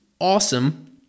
awesome